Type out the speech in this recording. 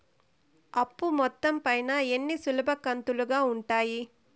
అప్పు మొత్తం పైన ఎన్ని సులభ కంతులుగా ఉంటాయి?